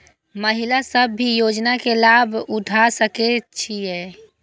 महिला सब भी योजना के लाभ उठा सके छिईय?